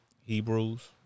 Hebrews